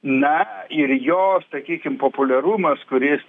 na ir jo sakykim populiarumas kuris